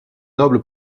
noble